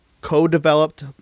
co-developed